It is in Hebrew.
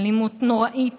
אלימות נוראית